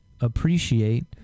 appreciate